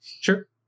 Sure